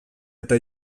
eta